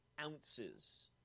ounces